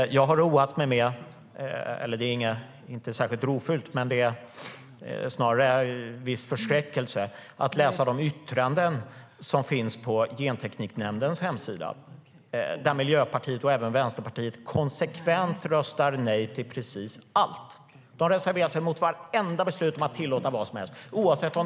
Jag har ägnat mig åt något som inte är särskilt rofullt utan snarare väcker en viss förskräckelse och har läst de yttranden som finns på Gentekniknämndens hemsida. Där röstar Miljöpartiet och även Vänsterpartiet konsekvent nej till precis allt. De reserverar sig mot vartenda beslut om att tillåta vad som helst oavsett vad.